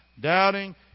Doubting